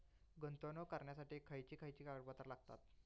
गुंतवणूक करण्यासाठी खयची खयची कागदपत्रा लागतात?